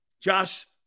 Josh